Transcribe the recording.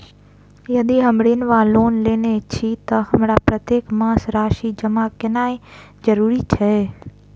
यदि हम ऋण वा लोन लेने छी तऽ हमरा प्रत्येक मास राशि जमा केनैय जरूरी छै?